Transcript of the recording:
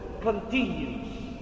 continues